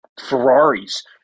Ferraris